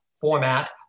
format